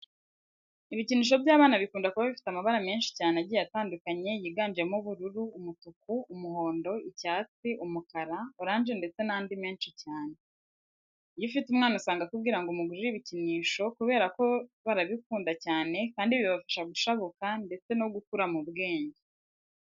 Ibikinisho by'abana bikunda kuba bifite amabara menshi cyane agiye atandukanye yiganjemo ubururu, umutuku, umuhondo, icyatsi, umukara, oranje ndetse n'andi menshi cyane. Iyo ufite umwana usanga akubwira ngo umugirire ibikinisho kubera ko barabikunda cyane kandi bibafasha gushabuka ndetse no gukura mu bwenge.